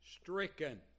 stricken